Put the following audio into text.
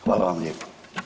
Hvala vam lijepa.